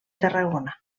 tarragona